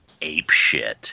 apeshit